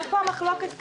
איפה המחלוקת כאן?